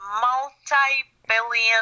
multi-billion